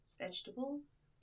vegetables